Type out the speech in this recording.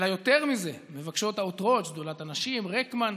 אלא יותר מזה: מבקשות העותרות, שדולת הנשים, רקמן,